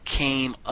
came